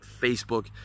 Facebook